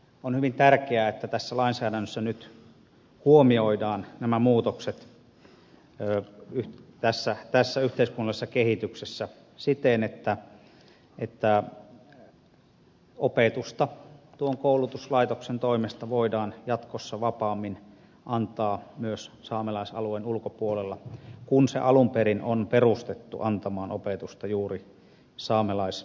on hyvin tärkeää että tässä lainsäädännössä nyt huomioidaan nämä muutokset tässä yhteiskunnallisessa kehityksessä siten että opetusta tuon koulutuslaitoksen toimesta voidaan jatkossa vapaammin antaa myös saamelaisalueen ulkopuolella kun se alun perin on perustettu antamaan opetusta juuri saamelaisalueella